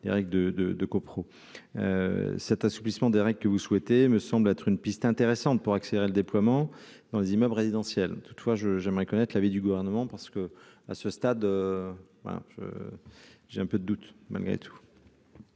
de, de GoPro, cet assouplissement des règles que vous souhaitez me semble être une piste intéressante pour accélérer le déploiement dans les immeubles résidentiels, toutefois je j'aimerais connaître l'avis du gouvernement, parce que, à ce stade, voilà, j'ai un peu de doute malgré tout.